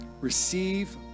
Receive